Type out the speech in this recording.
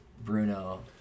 Bruno